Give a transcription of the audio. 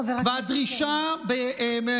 חבר הכנסת קריב.